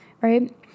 right